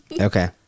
Okay